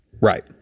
Right